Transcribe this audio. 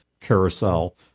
carousel